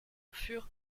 furent